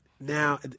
Now